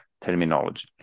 terminology